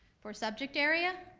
for subject area,